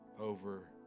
over